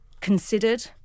considered